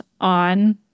on